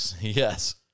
Yes